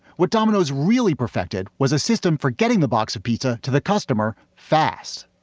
what domino's really perfected was a system forgetting the box of pizza to the customer fast.